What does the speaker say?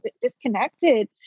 disconnected